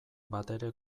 batere